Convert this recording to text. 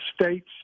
states